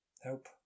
help